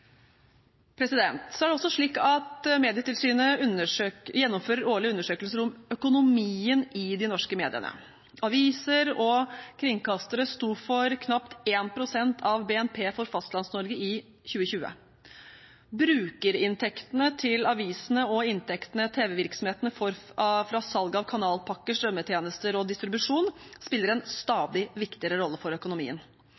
Medietilsynet gjennomfører årlige undersøkelser om økonomien i de norske mediene. Aviser og kringkastere sto for knapt 1 pst. av BNP for Fastlands-Norge i 2020. Brukerinntektene til avisene og inntektene tv-virksomhetene får fra salg av kanalpakker, strømmetjenester og distribusjon, spiller en